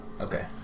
Okay